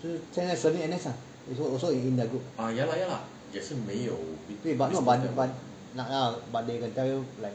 就是现在 serving N_S lah also also in that group but no but but they can tell you like